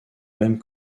mêmes